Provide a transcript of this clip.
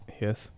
Yes